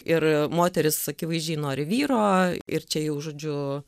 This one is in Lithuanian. ir moteris akivaizdžiai nori vyro ir čia jau žodžiu